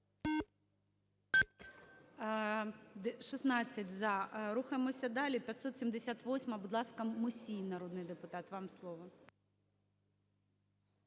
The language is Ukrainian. За-16 Рухаємося далі. 578-а. Будь ласка, Мусій народний депутат, вам слово.